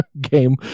game